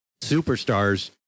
superstars